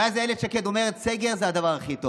ואז אילת שקד: סגר זה הדבר הכי טוב.